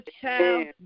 child